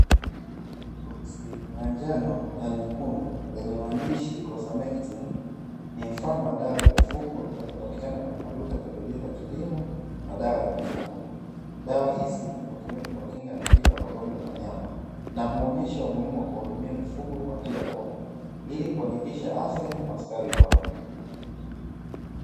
Boksi la njano na nyekundu lenye maandishi "CLOSAMECTIN", ni mfano wa dawa za mifugo zinazopatikana kwenye maduka ya pembejeo za kilimo na dawa za mifugo. Dawa hizi hutumika kuwakinga na tiba ya magonjwa ya wanyama na huonyesha umuhimu wa kuwahudumia mifugo kwa njia bora ili kuhakikisha afya na ustawi wao .